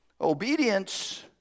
obedience